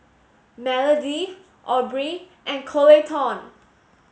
Melody Aubree and Coleton